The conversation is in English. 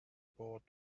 bored